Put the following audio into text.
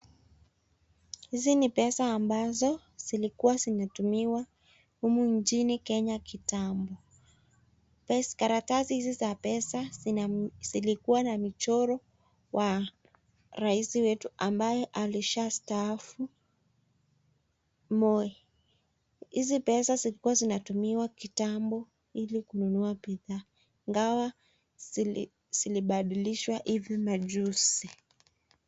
Hizi ni pesa ambazo zilikuwa zinatumiwa humu nchini Kenya kitambo. Karatasi hizi za pesa zilikuwa na michoro wa rais wetu ambaye alishastaafu Moi. Hizi pesa zilikuwa zinatumiwa kitambo ili kununua bidhaa, ingawa zilibadilishwa hivi majuzi.